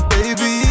Baby